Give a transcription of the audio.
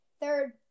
third